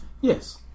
Yes